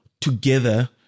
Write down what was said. together